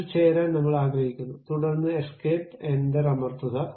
അതിൽ ചേരാൻ നമ്മൾ ആഗ്രഹിക്കുന്നു തുടർന്ന് എസ്കേപ്പ് എന്റർ അമർത്തുക